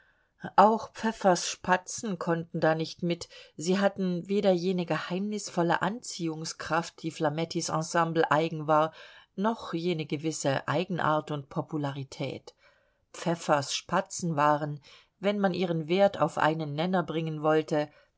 auch pfäffers spatzen konnten da nicht mit sie hatten weder jene geheimnisvolle anziehungskraft die flamettis ensemble eigen war noch jene gewisse eigenart und popularität pfäffers spatzen waren wenn man ihren wert auf einen nenner bringen wollte